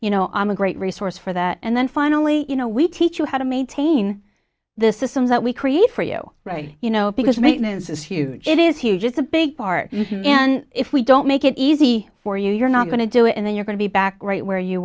you know i'm a great resource for that and then finally you know we teach you how to maintain the systems that we create for you you know because maintenance is huge it is huge it's a big part and if we don't make it easy for you you're not going to do it and then you're going to be back right where you